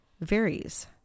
varies